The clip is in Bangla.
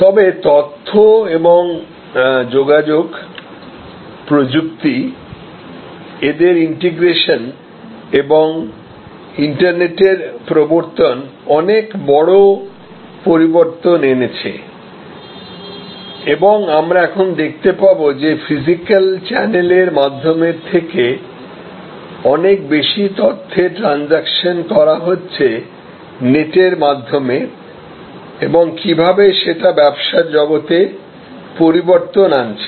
তবে তথ্য এবং যোগাযোগ প্রযুক্তি এদের ইন্টিগ্রেশন এবং ইন্টারনেটের প্রবর্তন অনেক বড় পরিবর্তন এনেছে এবং আমরা এখন দেখতে পাব যে ফিজিক্যাল চ্যানেলের মাধ্যমের থেকে অনেক বেশি তথ্যের ট্রানজাকশন করা হচ্ছে নেটের মাধ্যমে এবং কিভাবে সেটা ব্যবসার জগতে পরিবর্তন আনছে